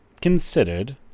considered